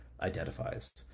identifies